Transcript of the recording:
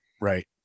right